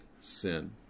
sin